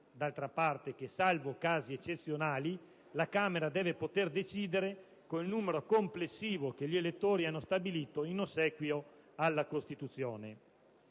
l'esigenza che, salvo casi eccezionali, la Camera deve poter decidere con il numero complessivo che gli elettori hanno stabilito in ossequio alla Costituzione.